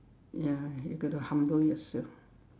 ya you got to humble yourself